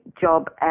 job